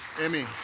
Emmy